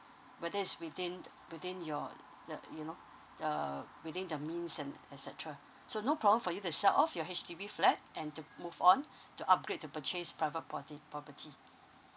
but that is within within your uh you know uh within the means and etcetera so no problem for you to sell off your H_D_B flat and to move on to upgrade to purchase private property property